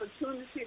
opportunity